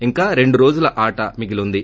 ఇంకా రెండు రోజుల ఆట మిగిలి ఉంది